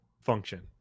function